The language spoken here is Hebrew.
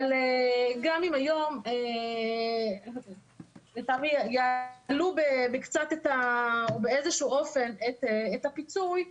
אבל גם אם היום לטעמי יעלו בקצת או באיזה שהוא אופן את הפיצוי,